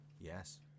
Yes